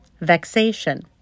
vexation